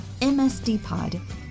MSDPOD